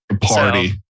Party